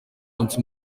umunsi